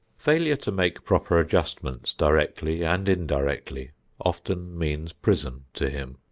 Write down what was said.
failure to make proper adjustments directly and indirectly often means prison to him.